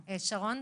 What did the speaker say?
סגורים,